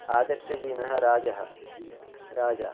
आदर्शहीनः राजा राजा